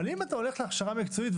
אבל אם אתה הולך להכשרה מקצועית,